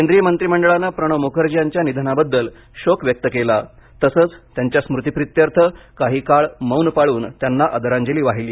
केंद्रीय मंत्रीमंडळानं प्रणव मुखर्जी यांच्या निधनाबद्दल शोक व्यक्त केला तसंच त्यांच्या स्मृतिप्रित्यर्थ काही काळ मौन पाळून त्यांना आदरांजली वाहिली